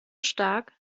stark